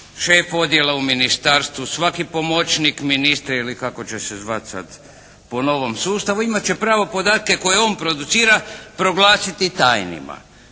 šef odjela u ministarstvu, svaki pomoćnik ministra ili kako će se zvati sada po novom sustavu imat će pravo podatke koje on producira proglasiti tajnima.